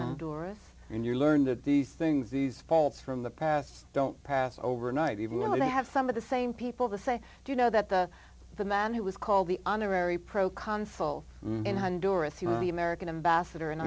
honduras and you learn that these things these faults from the past don't pass overnight even when they have some of the same people that say do you know that the the man who was called the honorary proconsul the american ambassador